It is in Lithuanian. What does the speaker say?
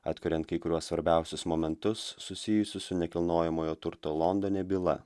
atkuriant kai kuriuos svarbiausius momentus susijusius su nekilnojamojo turto londone byla